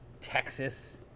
Texas